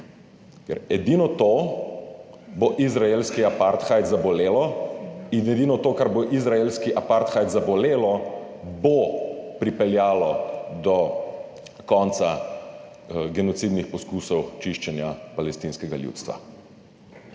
ker edino to bo izraelski apartheid zabolelo. In edino to, kar bo izraelski apartheid zabolelo, bo pripeljalo do konca genocidnih poskusov čiščenja palestinskega ljudstva.